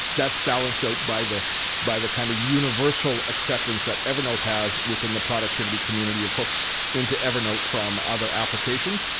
that's balanced out by the by the kind of universal acceptance that evernote has within that productivity community of hooks into evernote from other applications.